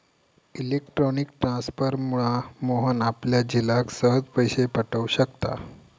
electronic ट्रांसफरमुळा मोहन आपल्या झिलाक सहज पैशे पाठव शकता